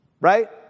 right